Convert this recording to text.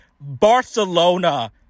Barcelona